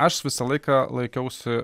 aš visą laiką laikiausi